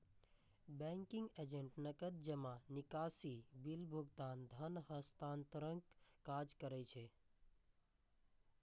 banking agent नकद जमा, निकासी, बिल भुगतान, धन हस्तांतरणक काज करै छै